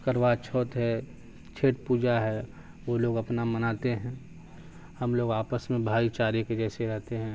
کروا چوتھ ہے چھٹھ پوجا ہے وہ لوگ اپنا مناتے ہیں ہم لوگ آپس میں بھائی چارے کے جیسے رہتے ہیں